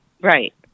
Right